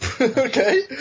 Okay